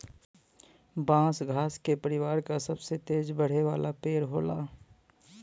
बांस घास के परिवार क सबसे तेज बढ़े वाला पेड़ होला